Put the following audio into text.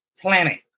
planning